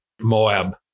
moab